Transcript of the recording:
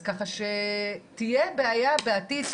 אז ככה שתהיה בעיה בעתיד,